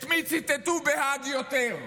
את מי ציטטו בהאג יותר,